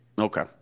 Okay